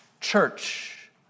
church